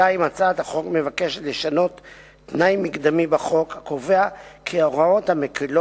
2. שינוי התנאי המקדמי בחוק הקובע כי ההוראות המקלות